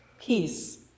peace